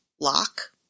lock